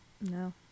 No